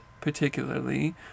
particularly